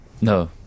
No